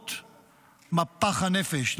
למרות מפח הנפש,